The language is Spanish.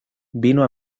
vino